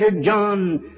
John